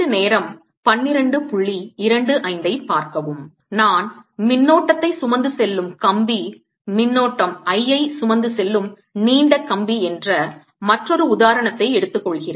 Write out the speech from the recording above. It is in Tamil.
நான் மின்னோட்டத்தை சுமந்து செல்லும் கம்பி மின்னோட்டம் I ஐ சுமந்து செல்லும் நீண்ட கம்பி என்ற மற்றொரு உதாரணத்தை எடுத்துக் கொள்கிறேன்